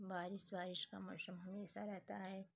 बारिश वारिश का मौशम हमेशा रहता है